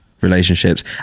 relationships